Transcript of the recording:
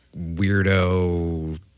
weirdo